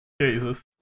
Jesus